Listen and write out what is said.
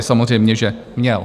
Samozřejmě že měl.